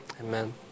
amen